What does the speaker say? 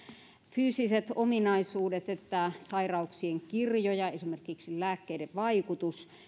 fyysiset ominaisuudet että sairauksien kirjo ja esimerkiksi lääkkeiden vaikutus